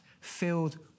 filled